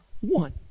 one